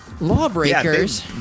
Lawbreakers